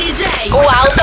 Wow